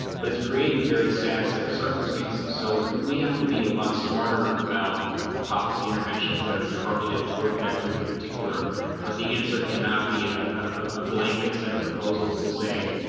but it's creating a very sad set of circumstances so we have to be a lot smarter about policy interventions that are targeted toward that group in particular but the answer cannot be a a blanket set of proposals to say,